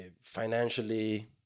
financially